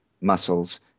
muscles